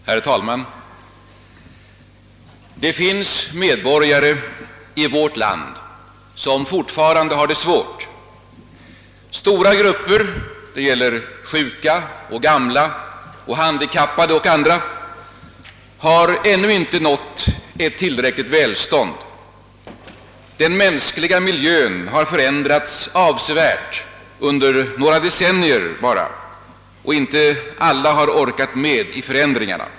Herr talman! Det finns i vårt land medborgare som fortfarande har det svårt. Stora grupper — det gäller sjuka och gamla och handikappade och andra — har ännu inte nått ett tillräckligt välstånd. Den mänskliga miljön har förändrats avsevärt under bara några decennier, och inte alla har orkat följa med i förändringarna.